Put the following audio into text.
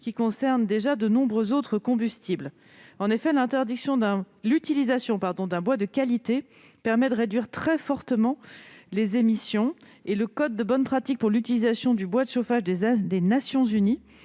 qui concerne déjà de nombreux autres combustibles. En effet, l'utilisation d'un bois de qualité permet de réduire très fortement les émissions de CO2. Le code de bonnes pratiques pour l'utilisation des combustibles solides et